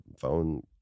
phone